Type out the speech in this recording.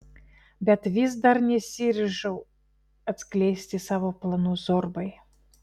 bet vis dar nesiryžau atskleisti savo planų zorbai